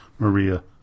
Maria